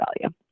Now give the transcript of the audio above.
value